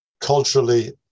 culturally